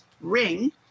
ring